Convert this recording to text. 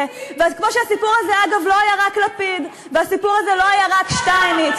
חצי מהתקציב זה בגלל המלצה של המחנה הציוני.